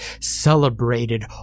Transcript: celebrated